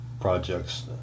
projects